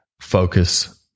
focus